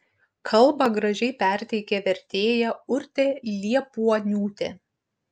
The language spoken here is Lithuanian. kalbą gražiai perteikė vertėja urtė liepuoniūtė